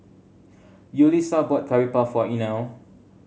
Yulisa bought Curry Puff for Inell